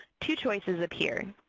two choices appear